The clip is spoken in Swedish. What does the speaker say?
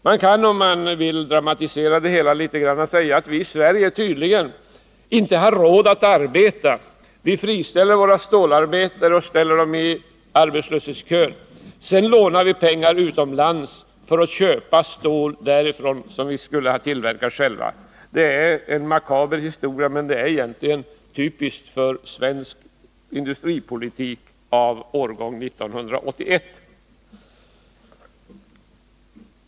Man kan, om man vill dramatisera det hela litet grand, säga att vi i Sverige tydligen inte har råd att arbeta. Vi fristäiler våra stålarbetare och ställer dem i arbetslöshetskön. Sedan lånar vi pengar utomlands för att köpa stål därifrån, som vi skulle ha tillverkat själva. Det är en makaber historia, men den är egentligen typisk för svensk industripolitik av årgång 1981.